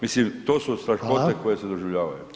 Mislim to su strahote koje se doživljavaju.